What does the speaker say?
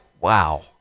wow